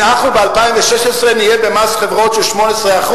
אנחנו ב-2016 נהיה במס חברות של 18%,